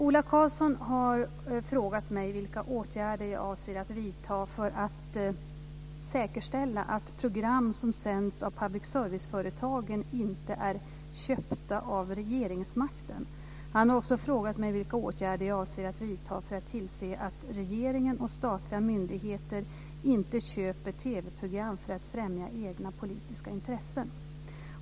Ola Karlsson har frågat mig vilka åtgärder jag avser att vidta för att säkerställa att program som sänds av public service-företagen inte är köpta av regeringsmakten. Han har också frågat mig vilka åtgärder jag avser att vidta för att tillse att regeringen och statliga myndigheter inte köper TV program för att främja egna politiska intressen.